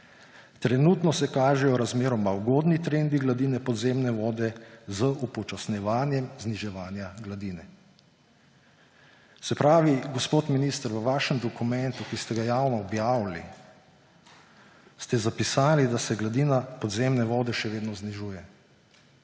Trenutno se kažejo razmeroma ugodno trendi gladine podzemne vode z upočasnjevanjem zniževanja gladine.« Se pravi, gospod minister, v vašem dokumentu, ki ste ga javno objavili, ste zapisali, da se gladina podzemne vode še vedno znižuje;